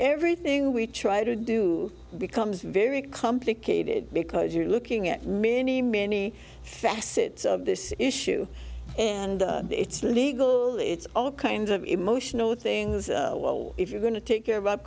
everything we try to do becomes very complicated because you're looking at many many facets of this issue and it's legal it's all kinds of emotional things well if you're going to take care of our